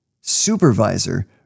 supervisor